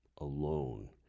alone